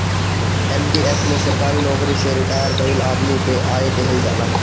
NPS में सरकारी नोकरी से रिटायर भईल आदमी के आय देहल जाला